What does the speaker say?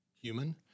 human